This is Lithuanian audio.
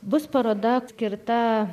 bus paroda skirta